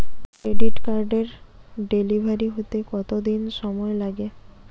Credit কার্ডের delivery হতে কতদিন সময় লাগে?